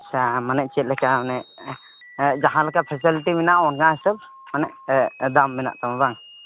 ᱟᱪᱪᱷᱟ ᱢᱟᱱᱮ ᱪᱮᱫᱞᱮᱠᱟ ᱡᱟᱦᱟᱸ ᱞᱮᱠᱟ ᱯᱷᱮᱥᱮᱞᱤᱴᱤ ᱢᱮᱱᱟᱜᱼᱟ ᱚᱱᱟ ᱦᱤᱥᱟᱹᱵᱽ ᱢᱟᱱᱮ ᱫᱟᱢ ᱢᱮᱱᱟᱜ ᱛᱟᱢᱟ ᱵᱟᱝ